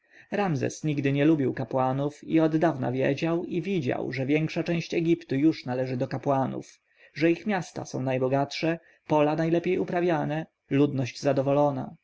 ramzes nigdy nie lubił kapłanów i oddawna wiedział i widział że większa część egiptu już należy do kapłanów że ich miasta są najbogatsze pola najlepiej uprawiane ludność zadowolona